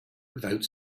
without